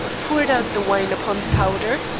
poured out the wine upon the powder,